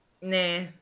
Nah